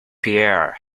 pierre